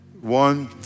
One